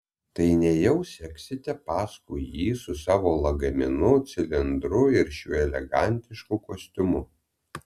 tai nejau seksite paskui jį su savo lagaminu cilindru ir šiuo elegantišku kostiumu